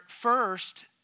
first